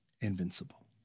invincible